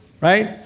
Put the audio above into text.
right